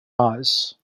eyes